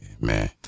man